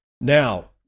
Now